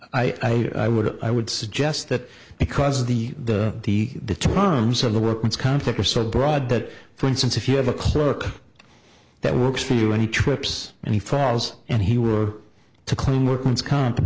simply i would i would suggest that because the the the terms of the workman's comp were so broad that for instance if you have a clerk that works for you any trips and he falls and he were to claim workman's comp